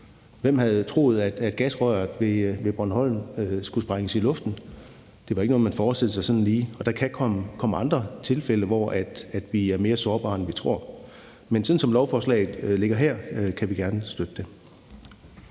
Hvem havde troet, at gasrøret ved Bornholm skulle sprænges i luften? Det var ikke noget, man sådan lige forestillede sig, og der kan komme andre tilfælde, hvor er vi er mere sårbare, end vi tror. Men sådan som lovforslaget ligger her, kan vi godt støtte det.